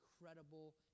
incredible